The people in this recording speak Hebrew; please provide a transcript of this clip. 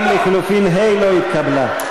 גם לחלופין ה' לא התקבלה.